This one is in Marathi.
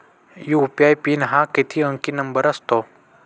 यू.पी.आय पिन हा किती अंकी नंबर असतो?